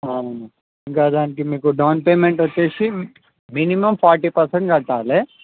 అవును ఇంకా దానికి మీకు డౌన్ పేమెంట్ వచ్చేసి మినిమం ఫార్టీ పర్సెంట్ కట్టాలి